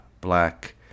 black